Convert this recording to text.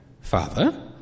Father